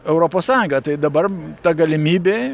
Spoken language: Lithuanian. europos sąjungą tai dabar ta galimybė